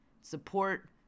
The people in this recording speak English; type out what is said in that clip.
Support